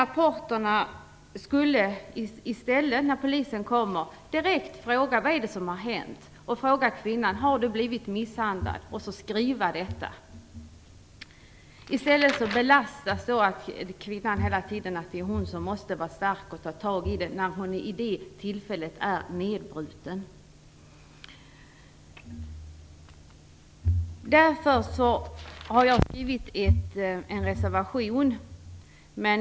Polisen skulle i stället direkt fråga vad som har hänt och om kvinnan blivit misshandlad, och sedan skriva detta i rapporten. I stället belastas hela tiden kvinnan, och det är hon som måste vara stark och ta tag i situationen. Vid det tillfället är hon ju nedbruten. Jag har med anledning av allt detta skrivit en reservation.